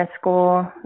school